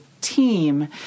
team